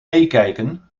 meekijken